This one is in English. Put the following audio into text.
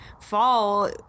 fall